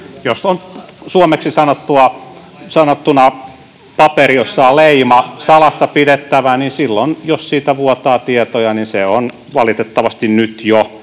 joissa on, suomeksi sanottuna, paperi, jossa on leima ”salassa pidettävä”, niin silloin, jos siitä vuotaa tietoja, niin se on valitettavasti jo